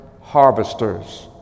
harvesters